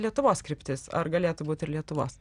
lietuvos kryptis ar galėtų būt ir lietuvos